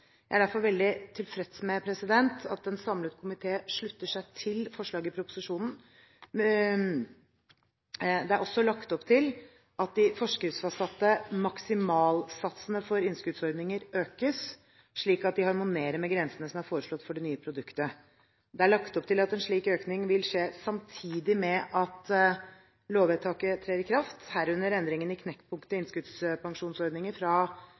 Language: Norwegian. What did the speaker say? Jeg er derfor veldig tilfreds med at en samlet komité slutter seg til forslaget i proposisjonen. Det er også lagt opp til at de forskriftsfastsatte maksimalsatsene for innskuddsordninger økes, slik at de harmonerer med grensene som er foreslått for det nye produktet. Det er lagt opp til at en slik økning vil skje samtidig med at lovvedtaket trer i kraft, herunder endringen i knekkpunkt i innskuddspensjonsordninger fra